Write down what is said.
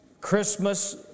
Christmas